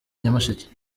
nyamasheke